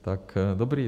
Tak dobrý.